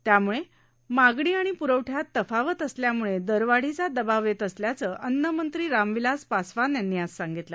त्याम्ळे मागणी आणि प्रवठ्यात तफावत असल्यामुळे दरवाढीचा दबाव येत असल्याचं अन्नमंत्री रामविलास पासवान यांनी आज सांगितलं